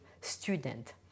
student